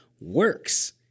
works